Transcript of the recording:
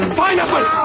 pineapple